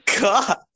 god